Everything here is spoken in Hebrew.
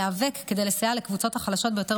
להיאבק כדי לסייע לקבוצות החלשות ביותר